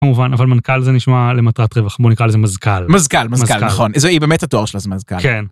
כמובן אבל מנכ״ל זה נשמע למטרת רווח בוא נקרא לזה מזכ״ל. - מזכ״ל, מזכ״ל נכון זה באמת התואר שלה זה מזכ״ל.